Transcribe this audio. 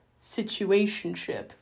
situationship